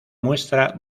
muestra